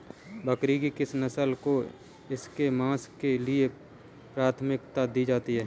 बकरी की किस नस्ल को इसके मांस के लिए प्राथमिकता दी जाती है?